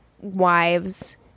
wives